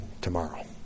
tomorrow